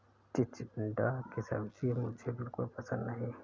चिचिण्डा की सब्जी मुझे बिल्कुल पसंद नहीं है